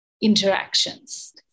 interactions